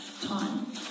time